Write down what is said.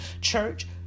church